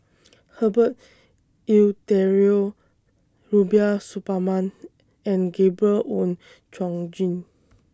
Herbert Eleuterio Rubiah Suparman and Gabriel Oon Chong Jin